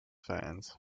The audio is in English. fans